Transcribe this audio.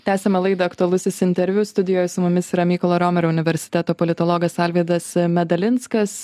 tęsiame laidą aktualusis interviu studijoj su mumis yra mykolo romerio universiteto politologas alvydas medalinskas